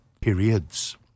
periods